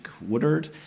Woodard